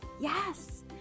Yes